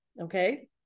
okay